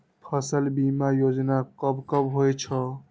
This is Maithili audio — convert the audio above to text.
फसल बीमा योजना कब कब होय छै?